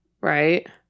right